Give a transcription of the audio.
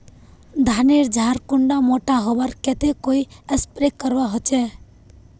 धानेर झार कुंडा मोटा होबार केते कोई स्प्रे करवा होचए?